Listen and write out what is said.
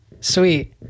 Sweet